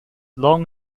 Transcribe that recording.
long